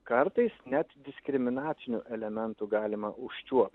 kartais net diskriminacinių elementų galima užčiuopt